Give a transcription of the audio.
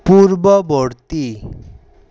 পূৰ্বৱৰ্তী